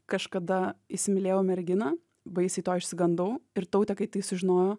kažkada įsimylėjau merginą baisiai to išsigandau ir tautė kai tai sužinojo